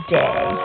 day